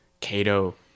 Cato